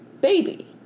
baby